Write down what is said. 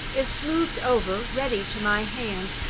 is smoothed over ready to my hand.